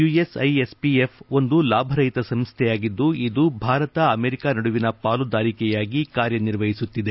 USISPF ಒಂದು ಲಾಭರಹಿತ ಸಂಸ್ಡೆಯಾಗಿದ್ಲು ಇದು ಭಾರತ ಅಮೆರಿಕ ನಡುವಿನ ಪಾಲುದಾರಿಕೆಗಾಗಿ ಕಾರ್ಯ ನಿರ್ವಹಿಸುತ್ತಿದೆ